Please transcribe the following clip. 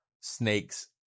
snakes